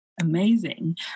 Amazing